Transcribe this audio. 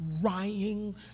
crying